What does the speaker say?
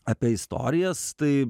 apie istorijas tai